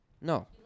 No